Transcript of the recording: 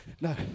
No